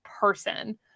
person